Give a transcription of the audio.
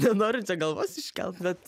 nenoriu čia galvos iškelt bet